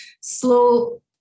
slow